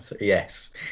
Yes